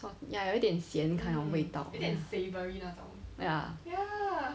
salt ya 有一点咸 kind of 味道 ya